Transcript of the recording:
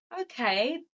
okay